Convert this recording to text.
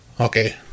Okay